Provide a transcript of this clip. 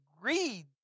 greed